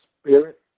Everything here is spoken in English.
Spirit